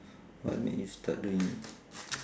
what made you start doing